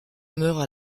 meurt